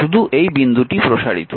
শুধু এই বিন্দুটি প্রসারিত